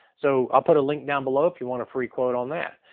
so i'll put a link down below if you want a free quote on that.